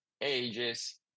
ages